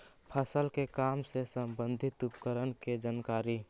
फसल के काम संबंधित उपकरण के जानकारी?